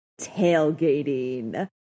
Tailgating